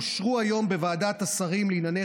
הם אושרו היום בוועדת השרים לענייני